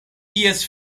ties